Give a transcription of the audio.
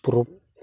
ᱯᱚᱨᱚᱵ